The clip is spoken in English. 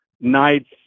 nights